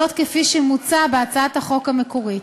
כפי שמוצע בהצעת החוק המקורית.